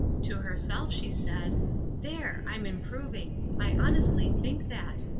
to herself she said there! i'm improving i honestly think that.